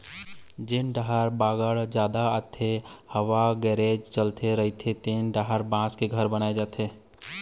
जेन डाहर बाड़गे जादा आथे, हवा गरेर चलत रहिथे तेन डाहर बांस के घर बनाए जाथे